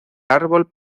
árbol